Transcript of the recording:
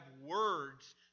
words